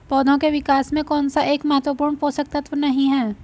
पौधों के विकास में कौन सा एक महत्वपूर्ण पोषक तत्व नहीं है?